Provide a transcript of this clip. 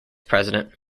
president